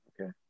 okay